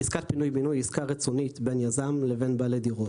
היא עסקה רצונית בין יזם לבין בעלי דירות.